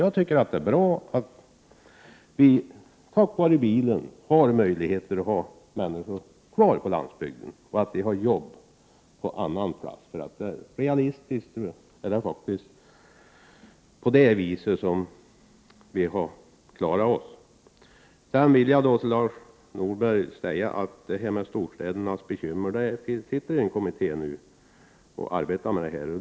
Jag tycker att det är bra att dessa människor kan bo kvar på landsbygden tack vare bilen och att det finns arbete på annan ort. Skall vi vara realistiska är det ju på det viset vi har klarat denna situation. Till Lars Norberg vill jag säga att det sitter en kommitté och arbetar med frågor som rör storstädernas bekymmer.